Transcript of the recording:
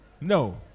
No